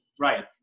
Right